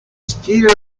stile